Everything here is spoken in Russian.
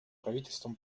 правительства